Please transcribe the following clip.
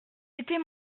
était